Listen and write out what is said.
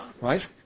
Right